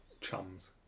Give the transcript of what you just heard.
chums